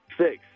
Six